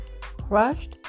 crushed